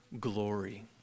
glory